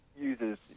uses